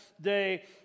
day